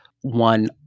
one